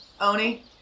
Oni